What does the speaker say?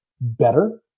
better